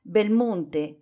Belmonte